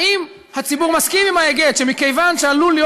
האם הציבור מסכים עם ההיגד שמכיוון שעלול להיות